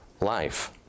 life